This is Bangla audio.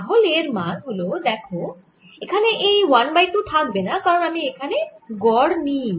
তাহলে এর মান হল দেখো এখানে এই 1 বাই 2 থাকবেনা কারণ আমি এখানে গড় নিইনি